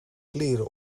kleren